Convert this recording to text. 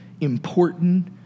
important